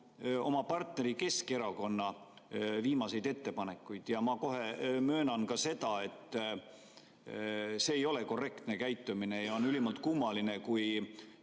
oma partneri, Keskerakonna viimaseid ettepanekuid? Kohe möönan ka seda, et ei ole korrektne käitumine ja on ülimalt kummaline, kui